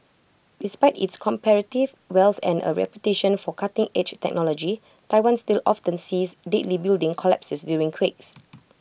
despite its comparative wealth and A reputation for cutting edge technology Taiwan still often sees deadly building collapses during quakes